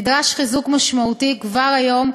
נדרש חיזוק משמעותי כבר היום,